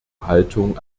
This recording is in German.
haltung